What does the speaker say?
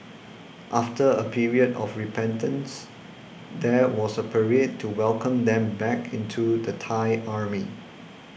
after a period of repentance there was a parade to welcome them back into the Thai Army